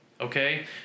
okay